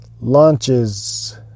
launches